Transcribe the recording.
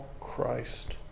Christ